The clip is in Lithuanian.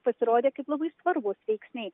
pasirodė kaip labai svarbūs veiksniai